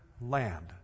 land